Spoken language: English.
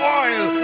oil